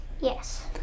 Yes